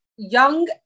young